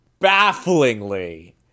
bafflingly